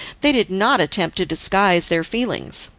they did not attempt to disguise their feelings.